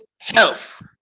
health